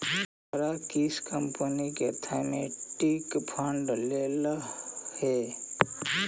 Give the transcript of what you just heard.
तोहरा किस कंपनी का थीमेटिक फंड लेलह हे